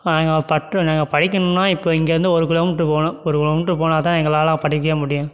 நாங்கள் பட்டு நாங்கள் படிக்கணுன்னால் இப்போ இங்கேயிருந்து ஒரு கிலோமீட்டர் போகணும் ஒரு கிலோமீட்டர் போனால் தான் எங்களால் படிக்கவே முடியும்